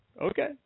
Okay